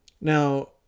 Now